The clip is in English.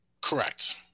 Correct